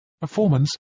performance